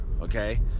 okay